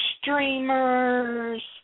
streamers